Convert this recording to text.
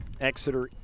Exeter